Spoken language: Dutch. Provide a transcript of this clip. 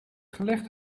gelegd